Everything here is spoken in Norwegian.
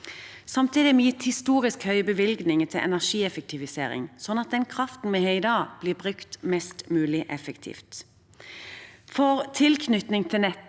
Samtidig har vi gitt historisk høye bevilgninger til energieffektivisering, sånn at den kraften vi har i dag, blir brukt mest mulig effektivt. For tilknytning til nettet